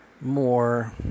more